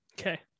Okay